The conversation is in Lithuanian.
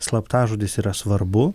slaptažodis yra svarbu